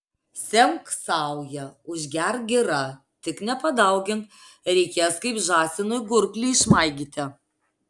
semk sauja užgerk gira tik nepadaugink reikės kaip žąsinui gurklį išmaigyti